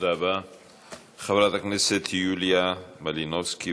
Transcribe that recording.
חברת הכנסת יוליה מלינובסקי,